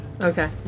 Okay